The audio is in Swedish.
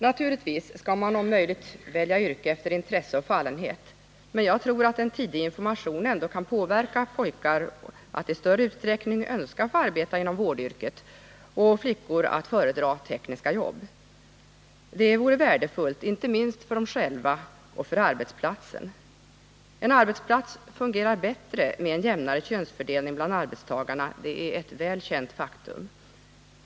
Naturligtvis skall man om möjligt välja yrke efter intresse och fallenhet, men jag tror att en tidig information ändå kan påverka pojkar att i större utsträckning önska att få arbeta inom ett vårdyrke och flickor att föredra tekniska jobb. Det vore värdefullt, inte minst för dem själva och för arbetsplatsen. En arbetsplats fungerar bättre med en jämnare könsfördelning bland arbetstagarna — det är ett väl känt faktum.